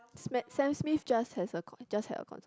Sa~ Sam-Smith just has a just had a concert